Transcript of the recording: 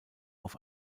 auf